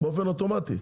באופן אוטומטי.